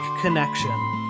connection